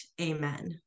amen